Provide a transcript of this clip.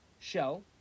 shell